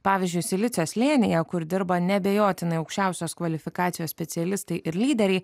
pavyzdžiui silicio slėnyje kur dirba neabejotinai aukščiausios kvalifikacijos specialistai ir lyderiai